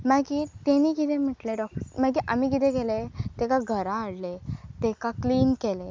मागीर तेनी कितें म्हटलें डॉ मागीर आमी कितें केलें तेका घरा हाडलें तेका क्लीन केलें